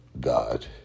God